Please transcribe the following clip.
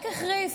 רק החריף.